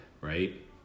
right